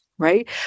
Right